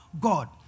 God